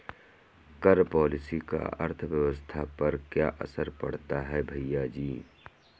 कर पॉलिसी का अर्थव्यवस्था पर क्या असर पड़ता है, भैयाजी?